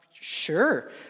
sure